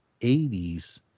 80s